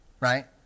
right